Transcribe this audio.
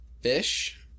fish